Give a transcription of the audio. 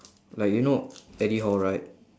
like you know eddie hall right